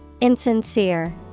Insincere